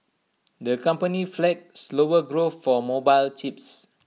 the company flagged slower growth for mobile chips